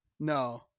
No